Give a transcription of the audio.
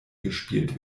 gespielt